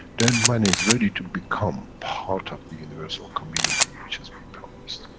then, man is ready to become part of the universal community which has been promised.